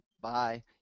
Bye